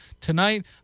tonight